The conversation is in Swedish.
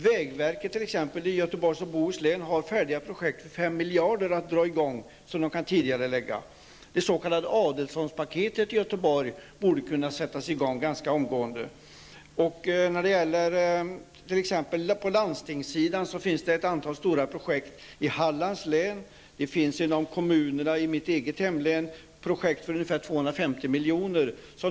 Vägverket i Göteborgs och Bohus län har t.ex. färdiga projekt för 5 miljarder som de kan tidigarelägga. Det s.k. Adelssonspaketet i Göteborg borde kunna sättas i gång ganska omgående. På landstingssidan finns det ett stort antal projekt i Hallands län. Inom kommunerna i mitt eget hemlän finns projekt för ungefär 250 miljoner.